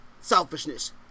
Selfishness